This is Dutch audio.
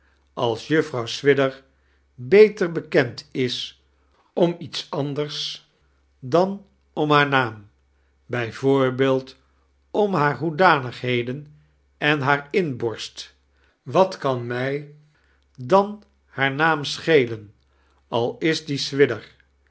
als juffrouw swidger beter bekend is om iets anders dan om haar naam ij v om haar hoedanigheden en haar inborsit wat kan mij dan haar naam schelen al is die swidger